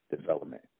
development